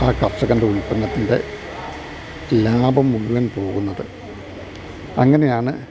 ആ കർഷകൻ്റെ ഉൽപ്പന്നത്തിൻ്റെ ലാഭം മുഴുവൻ പോകുന്നത് അങ്ങനെയാണ്